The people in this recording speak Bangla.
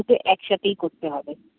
দুটো একসাথেই করতে হবে